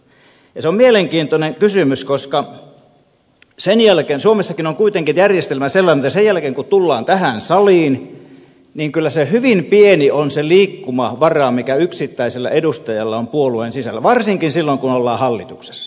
se on mielenkiintoinen kysymys koska suomessakin on kuitenkin järjestelmä sellainen että sen jälkeen kun tullaan tähän saliin kyllä hyvin pieni on se liikkumavara mikä yksittäisellä edustajalla on puolueen sisällä varsinkin silloin kun ollaan hallituksessa